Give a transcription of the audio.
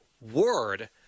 word